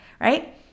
right